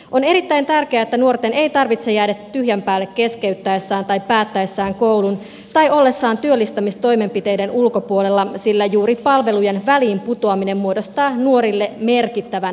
on erittäin tärkeää että nuorten ei tarvitse jäädä tyhjän päälle keskeyttäessään tai päättäessään koulun tai ollessaan työllistämistoimenpiteiden ulkopuolella sillä juuri palvelujen väliin putoaminen muodostaa nuorille merkittävän riskitekijän